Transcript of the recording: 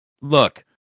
Look